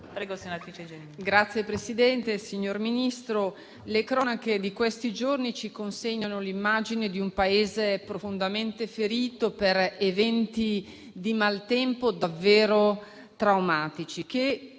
*(Az-IV-RE)*. Signor Ministro, le cronache di questi giorni ci consegnano l'immagine di un Paese profondamente ferito per eventi di maltempo davvero traumatici,